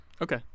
Okay